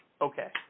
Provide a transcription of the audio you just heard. Okay